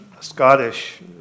Scottish